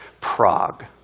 Prague